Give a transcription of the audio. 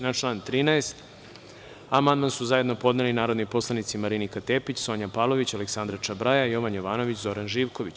Na član 13. amandman su zajedno podneli narodni poslanici Marinika Tepić, Sonja Pavlović, Aleksandra Čobraja, Jovan Jovanović i Zoran Živković.